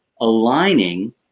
aligning